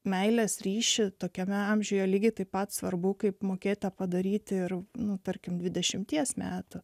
meilės ryšį tokiame amžiuje lygiai taip pat svarbu kaip mokėta padaryti ir nuo tarkim dvidešimties metų